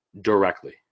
directly